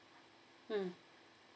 mm